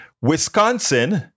Wisconsin